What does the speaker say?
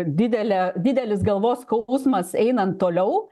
didelė didelis galvos skausmas einant toliau